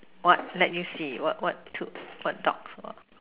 what let you see what what took what dogs were